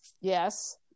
yes